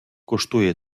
коштує